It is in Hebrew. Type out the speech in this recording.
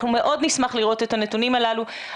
אנחנו מאוד נשמח לראות את הנתונים הללו.